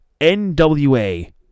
NWA